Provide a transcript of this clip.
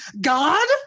God